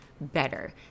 better